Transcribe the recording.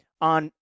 on